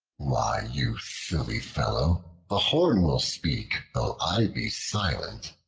why, you silly fellow, the horn will speak though i be silent.